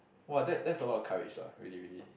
!wow! that that's a lot of courage lah really really